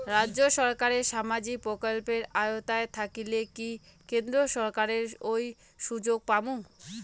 রাজ্য সরকারের সামাজিক প্রকল্পের আওতায় থাকিলে কি কেন্দ্র সরকারের ওই সুযোগ পামু?